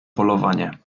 polowanie